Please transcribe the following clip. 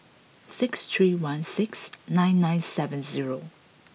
six three one six nine nine seven zero